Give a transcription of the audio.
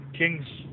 Kings